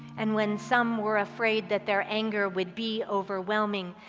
and when some were afraid that their anger would be overwhelming,